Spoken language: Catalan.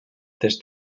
tres